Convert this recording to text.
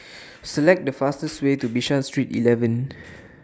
Select The fastest Way to Bishan Street eleven